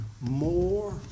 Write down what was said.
more